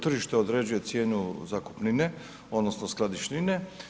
Tržište određuje cijenu zakupnine, odnosno skladišnine.